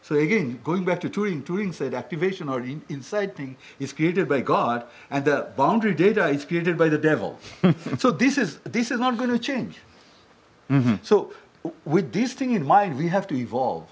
so again going back to to entering said activation or in inside thing is created by god and the boundary data is created by the devil so this is this is not going to change mm hmm so with this thing in mind we have to evolve